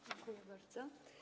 Dziękuję bardzo.